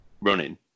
running